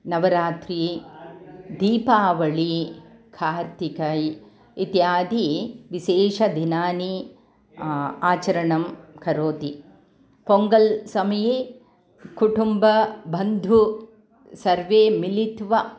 नवरात्रिः दीपावलिः कार्तिकैः इत्यादि विशेषदिनानि आचरणं करोति पोङ्गल्समये कुटुम्बबन्धुः सर्वे मिलित्वा